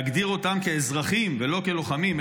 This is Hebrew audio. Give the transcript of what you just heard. להגדיר אותם כאזרחים ולא כלוחמים,